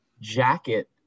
jacket